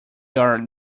are